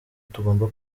tugomba